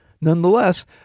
nonetheless